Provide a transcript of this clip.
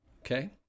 Okay